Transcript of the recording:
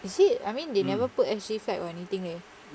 is it I mean they never put S_G flag or anything leh